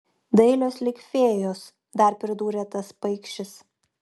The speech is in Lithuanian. dailios lyg fėjos dar pridūrė tas paikšis